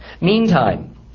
meantime